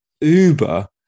uber